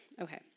okay